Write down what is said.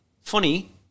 Funny